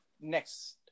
next